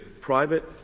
private